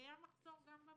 אלא קיים מחסור גם במרכז.